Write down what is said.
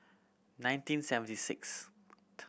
nineteen seventy sixth